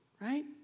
right